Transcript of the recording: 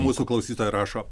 mūsų klausytoja rašo